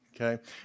okay